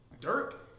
Dirk